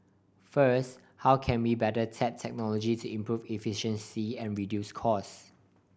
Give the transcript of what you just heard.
first how can we better tap technology to improve efficiency and reduce cost